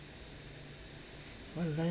!walao!